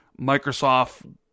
microsoft